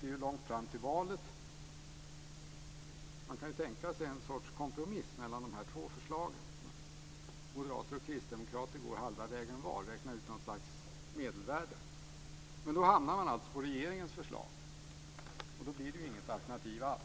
Det är ju långt fram till valet. Man kan ju tänka sig en sorts kompromiss mellan dessa två förslag, att moderater och kristdemokrater går halva vägen var och att man räknar ut något slags medelvärde. Men då hamnar man alltså på regeringens förslag, och då blir det ju inget alternativ alls.